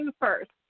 first